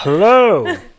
Hello